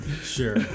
Sure